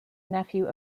nephew